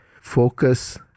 focus